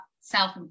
self